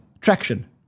traction